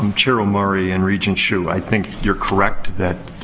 um chair omari and regent hsu, i think you're correct that